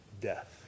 death